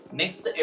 next